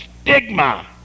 stigma